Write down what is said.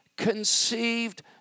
conceived